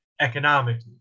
economically